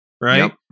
right